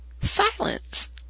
silence